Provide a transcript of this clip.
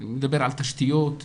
אני מדבר על תשתיות,